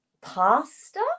pasta